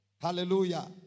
Hallelujah